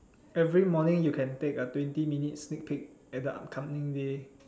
every morning you can take a twenty minutes sneak peek on a upcoming day